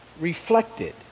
reflected